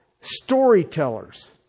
storytellers